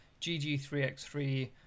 gg3x3